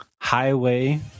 Highway